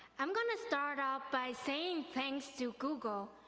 i'm gonna start off by saying thanks to google,